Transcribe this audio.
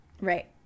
Right